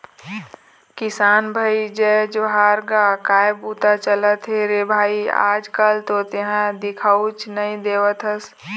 किसान भाई जय जोहार गा काय बूता चलत हे रे भई आज कल तो तेंहा दिखउच नई देवत हस?